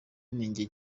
ninjye